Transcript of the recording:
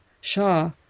Shaw